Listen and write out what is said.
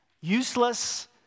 useless